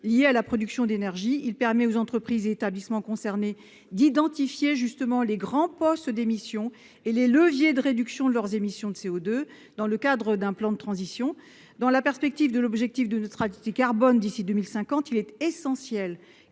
liées à la production d'énergie. Il permet aux entreprises et établissements concernés d'identifier les grands postes d'émission et les leviers de réduction de leurs émissions de CO2 dans le cadre d'un plan de transition. Dans la perspective de l'objectif de neutralité carbone d'ici à 2050, il est essentiel